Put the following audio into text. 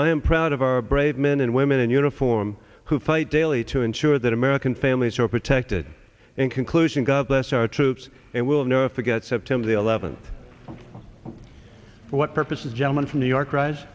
i am proud of our brave men and women in uniform who fight daily to ensure that american families so protected in conclusion god bless our troops and will never forget september the eleventh what purposes gentleman from new york rise